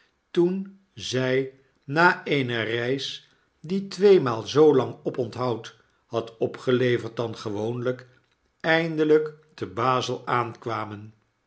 toen zij na eene reis die tweemaal zoo lang oponthoud had opgeleverd dan gewoonlyk eindelijk te b a